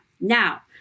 Now